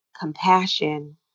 compassion